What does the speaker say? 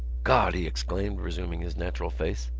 god! he exclaimed, resuming his natural face,